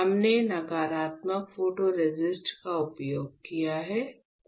हमने नकारात्मक फोटोरेसिस्ट का उपयोग किया है